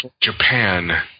Japan